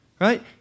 right